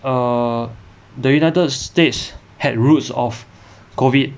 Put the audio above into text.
err the united states had roots of COVID